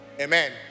Amen